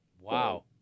Wow